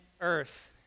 earth